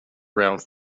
around